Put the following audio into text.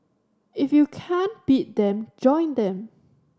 if you can't beat them join them